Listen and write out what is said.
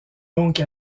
donc